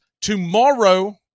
tomorrow